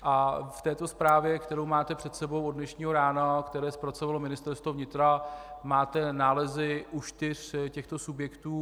Ve zprávě, kterou máte před sebou od dnešního rána, kterou zpracovalo Ministerstvo vnitra, máte nálezy u čtyř těchto subjektů.